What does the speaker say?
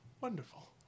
Wonderful